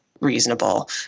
reasonable